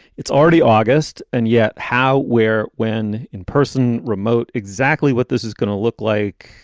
it's already august. and yet how where when in person remote, exactly what this is going to look like.